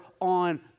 on